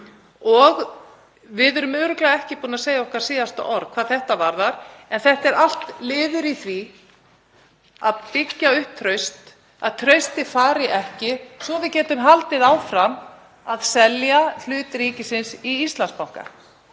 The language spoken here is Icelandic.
og við erum örugglega ekki búin að segja okkar síðasta orð hvað þetta varðar. En þetta er allt liður í því að byggja upp traust, að traustið fari ekki svo við getum haldið áfram að selja hlut ríkisins í Íslandsbanka.